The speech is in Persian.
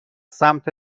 سمت